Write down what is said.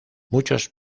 muchos